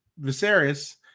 Viserys